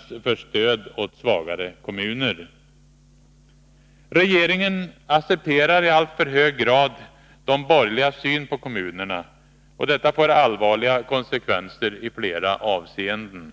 90 för stöd åt svagare kommuner. Regeringen accepterar i alltför hög grad de borgerligas syn på kommunerna. Detta får allvarliga konsekvenser i flera avseenden.